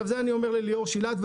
את זה אני אומר לליאור שילת,